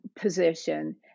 position